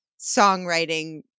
songwriting